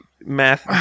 math